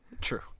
True